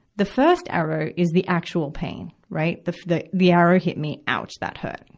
the first arrow is the actual pain, right. the, the the arrow hit me ouch, that hurt,